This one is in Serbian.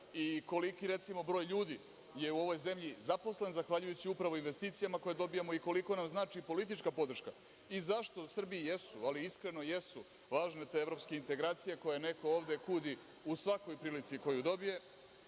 i koliki je, recimo, broj ljudi u ovoj zemlji zaposlen zahvaljujući upravo investicijama koje dobijamo, koliko nam znači politička podrška i zašto u Srbiji jesu, ali iskreno jesu važne te evropske integracije koje neko ovde kudi u svakoj prilici koju dobije,